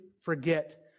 forget